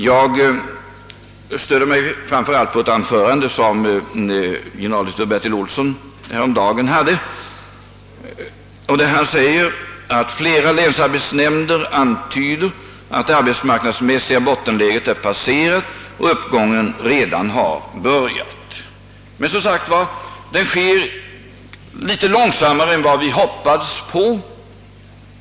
Jag stöder mig härvid framför allt på det anförande som generaldirektör Bertil Olsson höll häromdagen i vilket ban framhöll, att flera länsarbetsnämnder antyder att det arbetsmässiga bottenläget är passerat och att uppgången redan har börjat. Men jag vill som sagt gärna erkänna att det går litet långsammare än vad vi hoppats på.